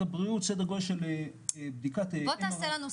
בוא תעשה לנו סדר.